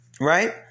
right